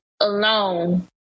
alone